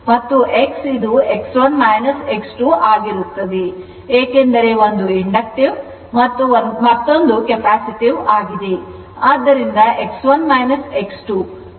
ಏಕೆಂದರೆ ಒಂದು ಇಂಡಕ್ಟೀವ್ ಮತ್ತೊಂದು ಕೆಪ್ಯಾಸಿಟಿವ್ ಆಗಿದೆ